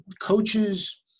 Coaches